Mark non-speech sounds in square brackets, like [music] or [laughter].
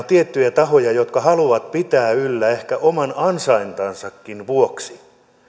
[unintelligible] tiettyjä tahoja jotka haluavat pitää yllä ehkä oman ansaintansakin vuoksi